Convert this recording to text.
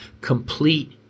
Complete